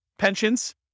Pensions